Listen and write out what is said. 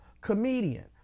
comedian